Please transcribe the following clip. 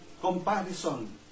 comparison